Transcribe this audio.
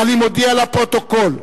אני מודיע לפרוטוקול,